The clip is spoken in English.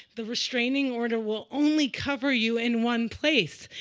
the restraining order will only cover you in one place.